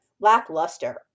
lackluster